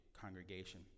congregation